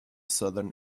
southern